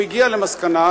הוא הגיע למסקנה,